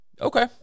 Okay